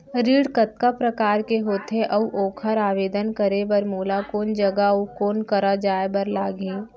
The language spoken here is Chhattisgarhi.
ऋण कतका प्रकार के होथे अऊ ओखर आवेदन करे बर मोला कोन जगह अऊ कोन करा जाए बर लागही?